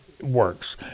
works